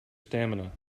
stamina